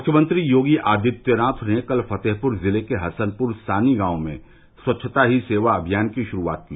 मुख्यमंत्री योगी आदित्यनाथ ने कल फतेहपुर जिले के हसनपुर सानी गांव में सच्छता ही सेवा अभियान की शुरूआत की